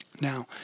Now